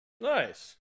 Nice